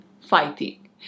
fighting